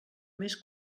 més